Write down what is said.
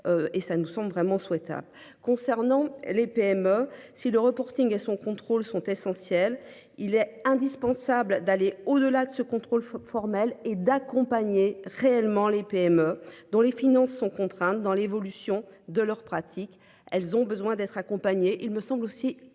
Et ça, nous sommes vraiment souhaitable concernant les PME si le reporting et son contrôle sont essentielles. Il est indispensable d'aller au-delà de ce contrôle faute formelle et d'accompagner réellement les PME dont les finances sont contraintes dans l'évolution de leurs pratiques, elles ont besoin d'être accompagnés. Il me semble aussi important